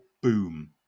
boom